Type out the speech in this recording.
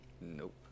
Nope